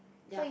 ya